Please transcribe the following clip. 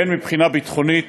הן מבחינה ביטחונית